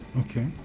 Okay